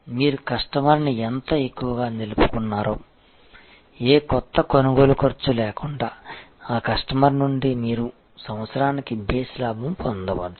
మీరు కస్టమర్ని ఎంత ఎక్కువగా నిలుపుకున్నారో ఏ కొత్త కొనుగోలు ఖర్చు లేకుండా ఆ కస్టమర్ నుండి మీరు సంవత్సరానికి బేస్ లాభం పొందవచ్చు